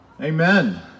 Amen